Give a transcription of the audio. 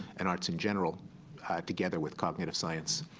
and arts in general together with cognitive science.